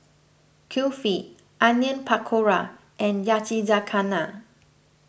Kulfi Onion Pakora and Yakizakana